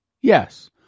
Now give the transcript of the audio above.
Yes